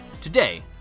Today